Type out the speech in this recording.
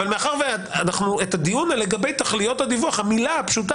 מכיוון שתכליות הדיווח לא מוגדרות,